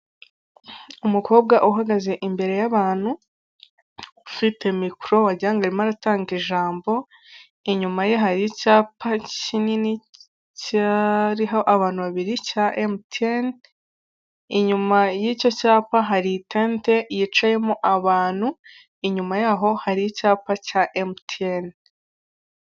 Umukobwa uhagaze imbere y'abantu ufite mikoro wagira ngo arimo aratanga ijambo inyuma ye hari icyapa kinini kiriho abantu babiri cya emutiyeni inyuma y'icyo cyapa haritete ryicayemo abantu inyuma yaho hari icyapa cya emutiyeni.